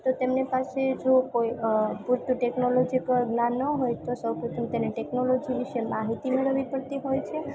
તો તેમની પાસે જો કોઈ પૂરતું ટેકનોલોજીકલ જ્ઞાન ન હોય તો સૌપ્રથમ તેને ટેકનોલોજી વિષે માહિતી મેળવવી પડતી હોય છે